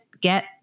get